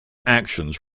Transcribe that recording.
actions